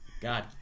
God